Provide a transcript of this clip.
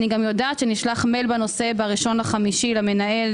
אני יודעת שנשלח מייל בנושא ב-1 במאי למנהל